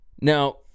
Now